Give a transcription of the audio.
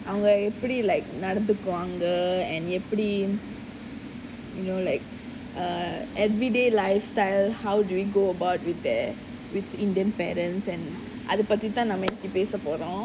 அவங்க எப்பிடி நடந்துக்குவாங்க எப்பிடி:avanga epidi nadanthukuvaanga epidi you know like err everyday lifestyle how do you go about with that with indian parents and